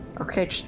Okay